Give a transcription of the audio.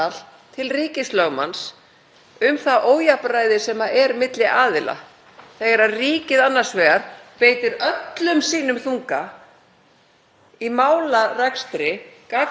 í málarekstri gagnvart borgara. Það verður að hafa það í huga, virðulegi forseti, þegar verið er að reka mál af þessu tagi fyrir dómstólum.